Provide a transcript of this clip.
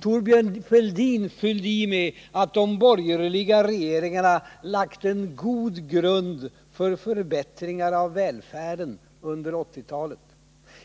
Thorbjörn Fälldin fyllde i med att de borgerliga regeringarna lagt en god grund för förbättringar av välfärden under 1980-talet.